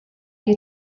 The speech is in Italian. che